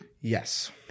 Yes